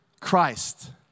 Christ